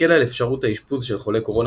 הקלה על אפשרות האשפוז של חולי קורונה